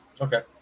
Okay